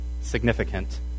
significant